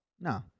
No